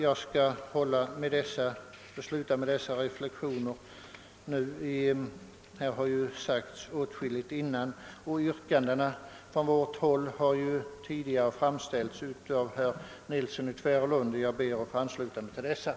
Här har redan ordats åtskilligt i denna fråga, och jag skall sluta med vad jag här anfört. De yrkanden som vi har från vårt håll har herr Nilsson i Tvärålund tidigare redogjort för, och jag ber att få ansluta mig till dem.